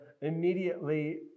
immediately